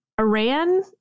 Iran